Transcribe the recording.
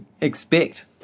expect